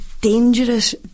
dangerous